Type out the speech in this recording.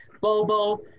bobo